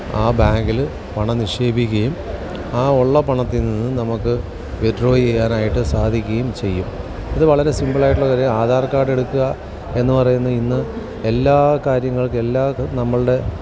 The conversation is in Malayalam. ആ ബാങ്കിൽ പണം നിക്ഷേപിക്കുകയും ആ ഉള്ള പണത്തിൽ നിന്ന് നമുക്ക് വിത്ഡ്രോ ചെയ്യാനായിട്ട് സാധിക്കുകയും ചെയ്യും ഇത് വളരെ സിമ്പിളായിട്ടുള്ള കാര്യമാണ് ആധാര് കാര്ഡ് എടുക്കുക എന്നു പറയുന്നത് ഇന്ന് എല്ലാ കാര്യങ്ങള്ക്കും എല്ലാത് നമ്മളുടെ